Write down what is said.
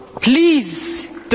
Please